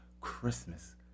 Christmas